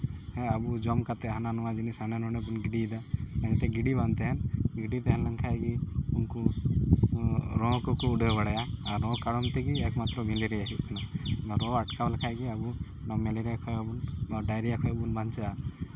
ᱦᱮᱸ ᱟᱵᱚ ᱡᱚᱢ ᱠᱟᱛᱮ ᱦᱟᱱᱟ ᱱᱟᱣᱟ ᱡᱤᱱᱤᱥ ᱦᱟᱰᱮ ᱱᱟᱰᱮ ᱵᱚ ᱜᱤᱰᱤᱭᱮᱫᱟ ᱚᱱᱟ ᱡᱟᱛᱮ ᱜᱤᱰᱤ ᱵᱟᱝ ᱛᱟᱦᱮᱱ ᱜᱤᱰᱤ ᱛᱟᱦᱮᱸ ᱞᱮᱱ ᱠᱷᱟᱡ ᱜᱮ ᱩᱱᱠᱩ ᱨᱚ ᱠᱚ ᱠᱚ ᱩᱰᱟᱹᱣ ᱵᱟᱲᱟᱭᱟ ᱟᱨ ᱨᱚ ᱠᱟᱨᱚᱱ ᱛᱮᱜᱮ ᱮᱠᱢᱟᱛᱨᱚ ᱢᱮᱞᱮᱨᱤᱭᱟ ᱦᱩᱭᱩᱜ ᱠᱟᱱᱟ ᱚᱱᱟ ᱨᱚ ᱟᱴᱠᱟᱣ ᱞᱮᱠᱷᱟᱡ ᱜᱮ ᱟᱵᱚ ᱚᱱᱟ ᱢᱮᱞᱮᱨᱤᱭᱟ ᱠᱷᱚᱡ ᱦᱚᱸ ᱵᱚᱱ ᱱᱚᱣᱟ ᱰᱟᱭᱨᱤᱭᱟ ᱠᱷᱚᱡ ᱦᱚᱸ ᱵᱚᱱ ᱵᱟᱧᱪᱟᱜᱼᱟ